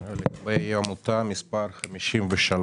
בעמותה מס' 53